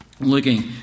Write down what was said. looking